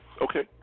Okay